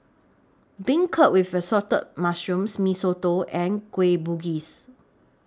Beancurd with Assorted Mushrooms Mee Soto and Kueh Bugis